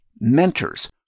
mentors